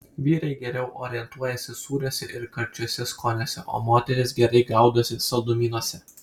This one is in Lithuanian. vyrai geriau orientuojasi sūriuose ir karčiuose skoniuose o moterys gerai gaudosi saldumynuose